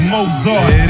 Mozart